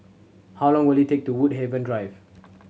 how long will it take to Woodhaven Drive